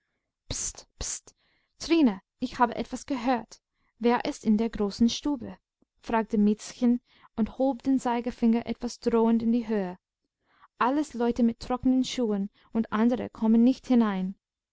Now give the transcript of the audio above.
trine ich habe etwas gehört wer ist in der großen stube fragte miezchen und hob den zeigefinger etwas drohend in die höhe alles leute mit trockenen schuhen und andere kommen nicht hinein